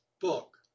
book